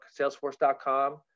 Salesforce.com